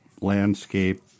landscape